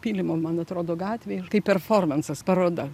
pylimo man atrodo gatvėj kaip performansas paroda